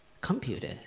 computer